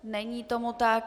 Není tomu tak.